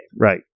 Right